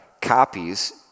copies